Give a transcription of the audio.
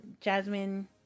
Jasmine